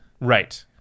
Right